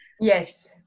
yes